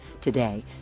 Today